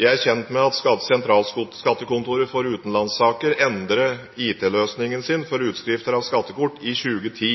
Jeg er kjent med at Sentralskattekontoret for utenlandssaker – SFU – endret sin IT-løsning for utskrifter av skattekort i 2010.